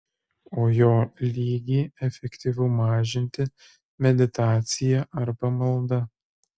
o jo lygį efektyvu mažinti meditacija arba malda